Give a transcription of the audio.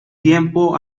tiempo